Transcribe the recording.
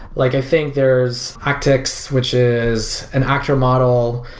like i think there's actics which is an accurate model.